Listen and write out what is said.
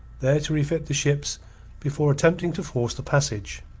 there to refit the ships before attempting to force the passage.